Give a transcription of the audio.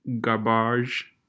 garbage